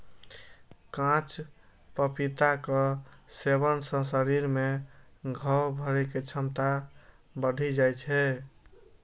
कांच पपीताक सेवन सं शरीर मे घाव भरै के क्षमता बढ़ि जाइ छै